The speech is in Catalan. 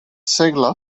segle